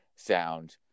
Sound